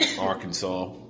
Arkansas